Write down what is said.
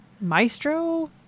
maestro